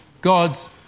God's